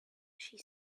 she